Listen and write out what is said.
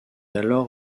alors